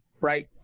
right